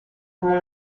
come